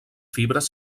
fibres